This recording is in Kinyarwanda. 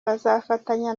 bazafatanya